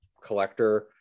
collector